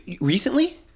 Recently